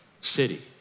city